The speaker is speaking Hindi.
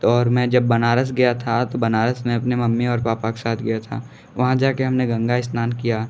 तो और मैं जब बनारस गया था तो बनारस में अपने मम्मी और पापा के साथ गया था वहाँ जा कर हम ने गंगा स्नान किया